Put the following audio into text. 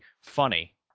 funny